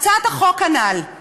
הצעת החוק הנ"ל היא